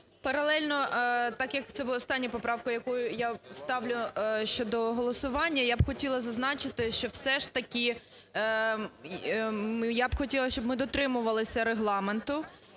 Паралельно так, як це буде остання поправка, яку я ставлю щодо голосування, я б хотіла зазначити, щоб все-таки… я б хотіла, щоб ми дотримувалися Регламенту.